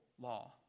law